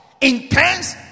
intense